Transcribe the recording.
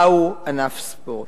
מהו ענף ספורט.